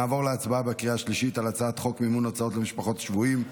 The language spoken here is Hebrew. נעבור להצבעה בקריאה השלישית על הצעת חוק מימון הוצאות למשפחות שבויים,